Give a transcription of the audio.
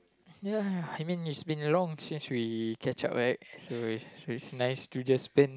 ya I mean it's been a long since we catch up right so it so it's nice to just spend